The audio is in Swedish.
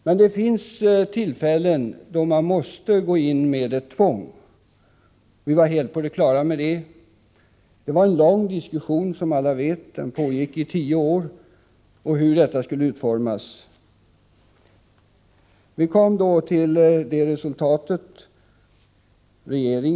Men det finns tillfällen då vi måste gå in med tvång — det var vi helt på det klara med. Som alla vet var det långa diskussioner — de pågick i tio år — om hur detta skulle utformas. Den regering som lade fram propositionen var en borgerlig regering.